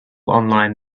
online